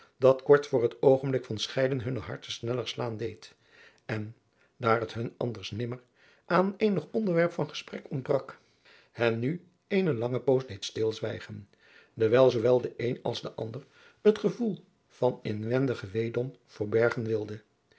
dat kort voor het oogenblik van scheiden hunne harten sneller slaan deed en daar het hun anders nimmer aan eenig onderwerp van gesprek ontbrak hen nu eene lange poos deed stilzwijgen dewijl zoowel de een als de ander het gevoel van inwendigen weedom verbergen wilde